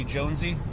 Jonesy